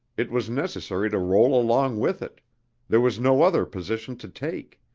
it was necessary to roll along with it there was no other position to take.